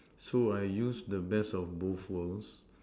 so I use the best of both worlds